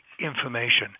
Information